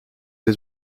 has